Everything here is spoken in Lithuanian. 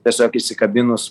tiesiog įsikabinus